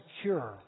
secure